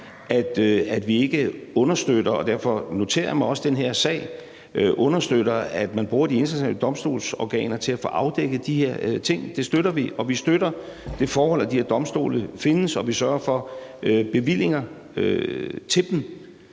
at vi ikke understøtter – og derfor noterer jeg mig også den her sag – at man bruger de internationale domstolsorganer til at få afdækket de her ting. Det støtter vi, og vi støtter det forhold, at de her domstole findes, og vi sørger for bevillinger til dem.